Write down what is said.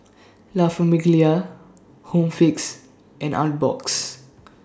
La Famiglia Home Fix and Artbox